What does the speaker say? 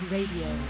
Radio